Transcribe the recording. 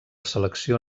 selecció